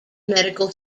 medical